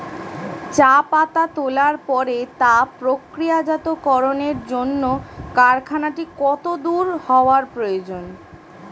চা পাতা তোলার পরে তা প্রক্রিয়াজাতকরণের জন্য কারখানাটি কত দূর হওয়ার প্রয়োজন?